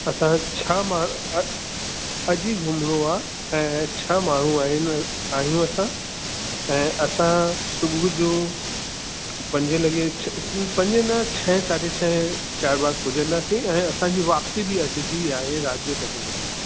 असां छह मां अॼु ई घुमिणो आहे ऐं छह माण्हूं आहिनि आहियूं असां ऐं असं सुबुह जो पंजे लॻे छह पंजे न छहें साढें छहें चारबाॻ पुॼंदासीं ऐं असांजी वापिसी बि अॼु जी आहे राति जो ॾहें लॻे जी